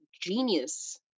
genius